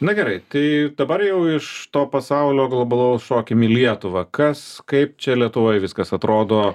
na gerai tai dabar jau iš to pasaulio globalaus šokim į lietuvą kas kaip čia lietuvoj viskas atrodo